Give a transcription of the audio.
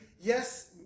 yes